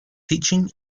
teaching